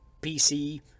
PC